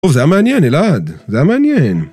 טוב, זה היה מעניין, אלעד. זה היה מעניין.